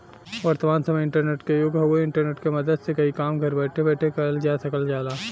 वर्तमान समय इंटरनेट क युग हउवे इंटरनेट क मदद से कई काम घर बैठे बैठे करल जा सकल जाला